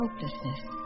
hopelessness